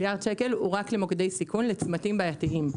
מיליארד השקלים הם רק למוקדי סיכון לצמתים בעייתיים.